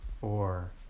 four